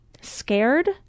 scared